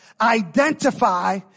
identify